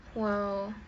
!wow!